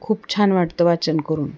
खूप छान वाटतं वाचन करून